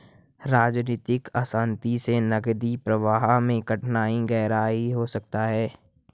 राजनीतिक अशांति से नकदी प्रवाह में कठिनाइयाँ गहरा सकता है